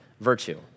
virtue